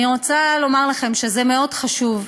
אני רוצה לומר לכם שזה מאוד חשוב,